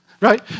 Right